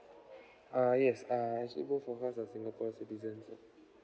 uh yes uh both of us are singapore citizen ya